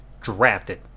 drafted